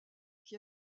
qui